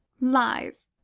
lies!